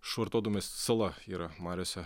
švartodamas sala yra mariose